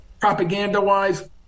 propaganda-wise